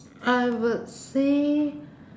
I would say